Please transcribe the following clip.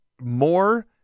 more